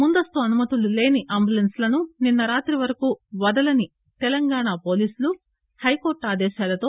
ముందస్తు అనుమతులు లేని అంబులెన్స్లను నిన్న రాత్రి వరకూ వదలని తెలంగాణ పోలీసులు హైకోర్టు ఆదేశాలతో